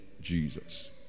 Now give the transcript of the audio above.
Jesus